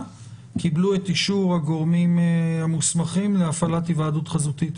קיבלו את אישור הגורמים המוסמכים להפעלת היוועדות חזותית,